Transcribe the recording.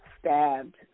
stabbed